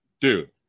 Dude